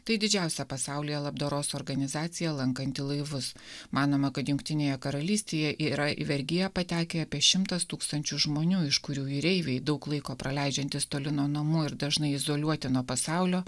tai didžiausia pasaulyje labdaros organizacija lankanti laivus manoma kad jungtinėje karalystėje yra į vergiją patekę apie šimtas tūkstančių žmonių iš kurių jūreiviai daug laiko praleidžiantys toli nuo namų ir dažnai izoliuoti nuo pasaulio